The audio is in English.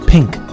pink